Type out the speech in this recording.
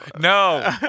no